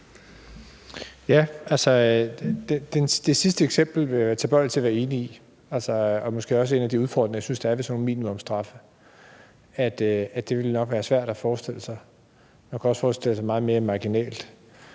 (S): Det sidste eksempel vil jeg være tilbøjelig til at være enig i, og det er måske også en af de udfordringer, jeg synes der er ved sådan nogle minimumsstraffe. Det ville nok være svært at forestille sig. Man kunne også forestille sig noget meget mere marginalt.